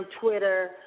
Twitter